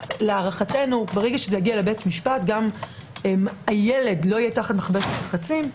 להערכתנו ברגע שיגיע לבית משפט גם הילד לא יהיה תחת מכבש לחצים,